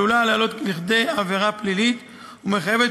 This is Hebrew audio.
עלולה לעלות לכדי עבירה פלילית ומחייבת